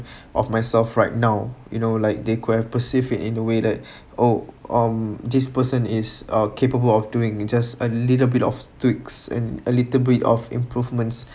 of myself right now you know like they could have perceive in a way that oh um this person is uh capable of doing it just a little bit of tweaks and a little bit of improvements